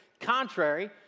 contrary